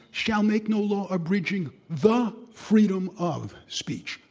shall make no law abridging the freedom of speech,